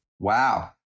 Wow